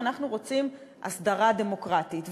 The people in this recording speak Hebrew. אנחנו רוצים הסדרה דמוקרטית.